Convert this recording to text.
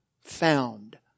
found